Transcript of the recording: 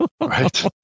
Right